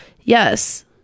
Yes